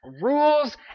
rules